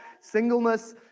singleness